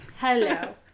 Hello